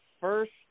First